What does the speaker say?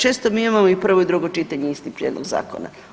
Često mi imamo i prvo i drugo čitanje isti prijedlog zakona.